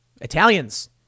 Italians